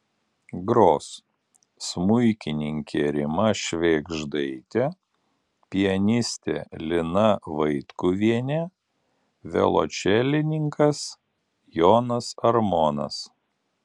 gros smuikininkė rima švėgždaitė pianistė lina vaitkuvienė violončelininkas jonas armonas